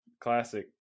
classic